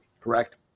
Correct